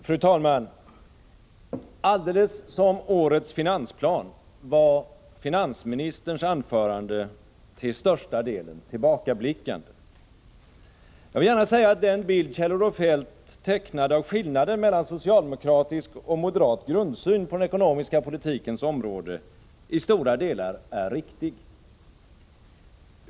Fru talman! Alldeles som årets finansplan var finansministerns anförande till största delen tillbakablickande. Jag vill gärna säga att den bild som Kjell-Olof Feldt tecknade av skillnaden mellan socialdemokratisk och moderat grundsyn på den ekonomiska politikens område i stora delar är riktig.